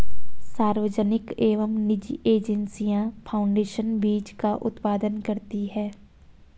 सार्वजनिक एवं निजी एजेंसियां फाउंडेशन बीज का उत्पादन करती है